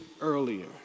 earlier